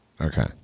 okay